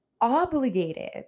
obligated